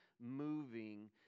moving